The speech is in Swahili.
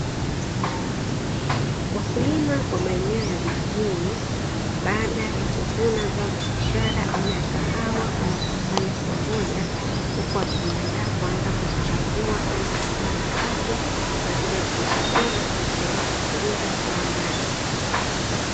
Wakulima wa maeneo ya vijijni baada ya kuvuna zao la biashara aina ya kahawa, wamezikusanya sehemu moja, huku wakijiandaa kuanza kuzichambua ili kuondoa makapi na zile zilizo bora kuzipeleka kuuza kiwandani.